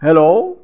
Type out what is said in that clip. hello